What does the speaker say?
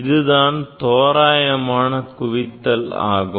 இதுதான் தோராயமான குவித்தல் ஆகும்